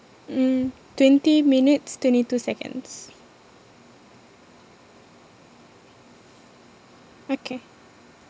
mm twenty minutes twenty two seconds okay